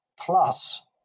plus